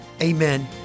amen